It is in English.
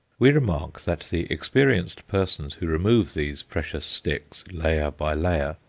we remark that the experienced persons who remove these precious sticks, layer by layer,